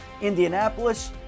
Indianapolis